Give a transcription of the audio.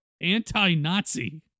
anti-Nazi